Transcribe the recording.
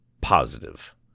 positive